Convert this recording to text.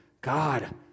God